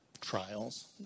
trials